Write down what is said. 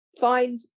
find